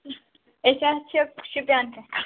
أسۍ حظ چھِ شُپیٖن پیٚٹھ